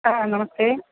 हा नमस्ते